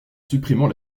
supprimant